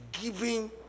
giving